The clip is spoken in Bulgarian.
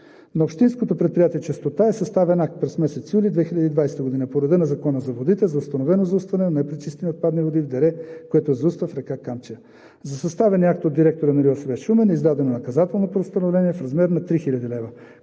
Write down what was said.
На Общинското предприятие „Чистота“ е съставен акт през месец юли 2020 г. по реда на Закона за водите за установено заустване на непречистени отпадни води в дере, което се зауства в река Камчия. За съставения акт от директора на РИОСВ – Шумен, е издадено наказателно постановление в размер на 3 хил.